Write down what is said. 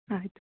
ಆಯಿತು